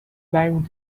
climbed